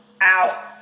out